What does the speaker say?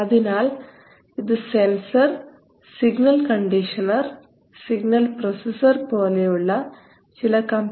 അതിനാൽ ഇത് sensor signal conditioner signal processor പോലെയുള്ള ചില കമ്പ്യൂട്ടിംഗ് എലമെൻറ്സ് തുടങ്ങിയ ബ്ലോക്കുകളുടെ കൂട്ടമാണ്